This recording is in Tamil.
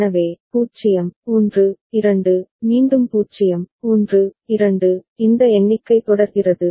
எனவே 0 1 2 மீண்டும் 0 1 2 இந்த எண்ணிக்கை தொடர்கிறது